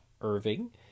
Irving